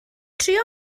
trio